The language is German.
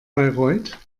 bayreuth